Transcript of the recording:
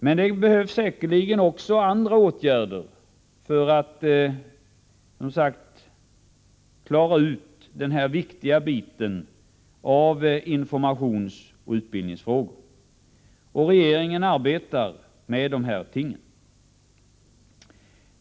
Men det behövs säkerligen också andra åtgärder för att klara ut den här viktiga biten av informationsoch utbildningsfrågorna. Regeringen arbetar också med dessa ting.